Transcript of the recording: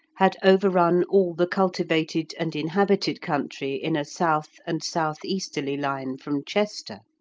had overrun all the cultivated and inhabited country in a south and south-easterly line from chester,